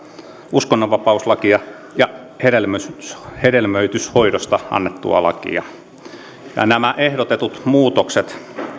uskonnonvapauslakia ja hedelmöityshoidosta annettua lakia nämä ehdotetut muutokset